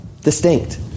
Distinct